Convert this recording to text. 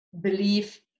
belief